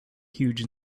huge